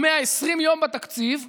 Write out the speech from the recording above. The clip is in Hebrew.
120 יום בתקציב וזהו.